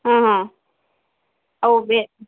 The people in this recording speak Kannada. ಹಾಂ ಹಾಂ ಓಬೆ